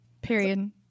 period